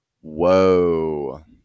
Whoa